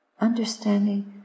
Understanding